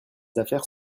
affaires